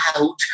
out